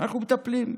אנחנו מטפלים.